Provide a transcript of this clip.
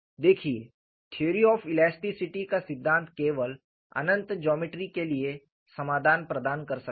देखिए theory of elasticity का सिद्धांत केवल अनंत ज्योमेट्री के लिए समाधान प्रदान कर सकता है